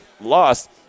lost